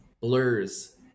blurs